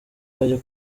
bayo